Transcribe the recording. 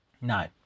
No